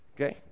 Okay